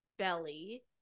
belly